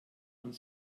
und